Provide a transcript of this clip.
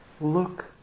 Look